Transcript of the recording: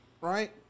Right